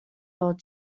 world